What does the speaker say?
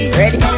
ready